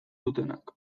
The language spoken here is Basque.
dutenak